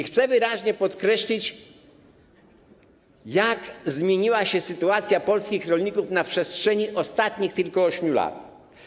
Chcę wyraźnie podkreślić, jak zmieniła się sytuacja polskich rolników na przestrzeni tylko ostatnich 8 lat.